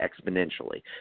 exponentially